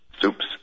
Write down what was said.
soups